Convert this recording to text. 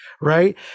right